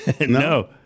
No